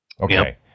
Okay